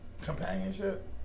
companionship